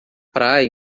praia